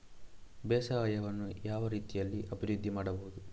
ಬೇಸಾಯವನ್ನು ಯಾವ ರೀತಿಯಲ್ಲಿ ಅಭಿವೃದ್ಧಿ ಮಾಡಬಹುದು?